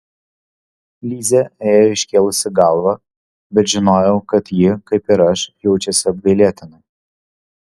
lizė ėjo iškėlusi galvą bet žinojau kad ji kaip ir aš jaučiasi apgailėtinai